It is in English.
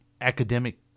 academic